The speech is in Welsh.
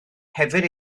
hefyd